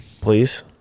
Please